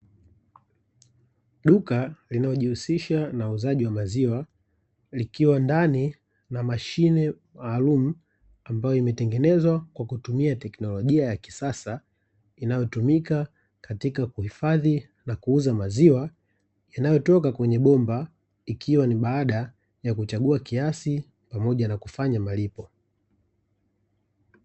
Duka linalojihusisha na uuzaji wa maziwa, likiwa ndani na mashine maalumu ambayo imetengenezwa kwa kutumia teknolojia ya kisasa, inayotumika katika kuhifadhi na kuuza maziwa yanayotoka kwenye bomba, ikiwa ni baada ya kuchagua kiasi pamoja na kufanya malipo.